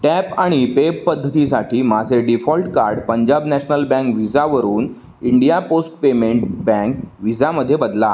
tap आणि pay पद्धतीसाठी माझे default card Punjab national bank विझावरून इंडिया पोस्ट पेमेंट बँक विझामध्ये बदला